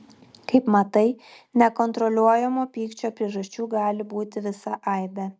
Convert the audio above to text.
kaip matai nekontroliuojamo pykčio priežasčių gali būti visa aibė